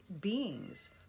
beings